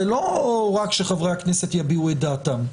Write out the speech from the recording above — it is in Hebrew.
זה לא רק שחברי הכנסת יביעו את דעתם.